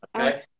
Okay